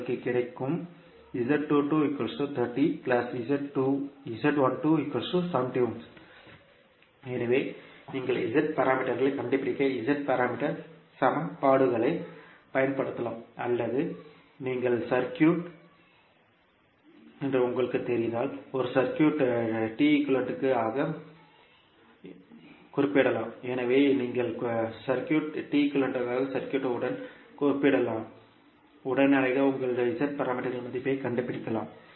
உங்களுக்கு கிடைக்கும் எனவே நீங்கள் Z பாராமீட்டர்களைக் கண்டுபிடிக்க Z பாராமீட்டர் சமன்பாடுகளைப் பயன்படுத்தலாம் அல்லது நீங்கள் சர்க்யூட் என்று உங்களுக்குத் தெரிந்தால் ஒரு சர்க்யூட் T க்கு ஈக்குவேலன்ட் ஆக குறிப்பிடப்படலாம் எனவே நீங்கள் சுற்றுக்கு T ஈக்குவேலன்ட் சர்க்யூட் உடன் ஒப்பிடலாம் உடனடியாக நீங்கள் Z பாராமீட்டர்களின் மதிப்பைக் கண்டுபிடிக்கலாம்